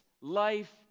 Life